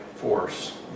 force